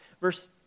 Verse